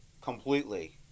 completely